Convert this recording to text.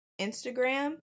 Instagram